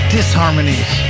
Disharmonies